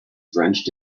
drenched